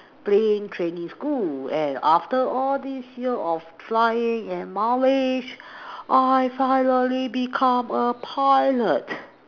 plane training school and after all these years of flying and mileage I finally become a pilot